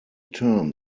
term